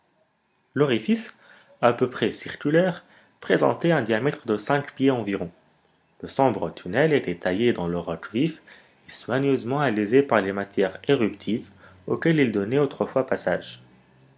l'orifice à peu près circulaire présentait un diamètre de cinq pieds environ le sombre tunnel était taillé dans le roc vif et soigneusement alésé par les matières éruptives auxquelles il donnait autrefois passage